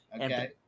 Okay